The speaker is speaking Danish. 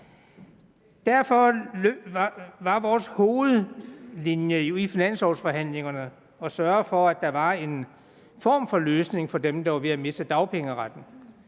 Derfor var vores hovedlinje i finanslovforhandlingerne at sørge for, at der var en form for løsning for dem, der var ved at miste dagpengeretten.